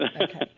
Okay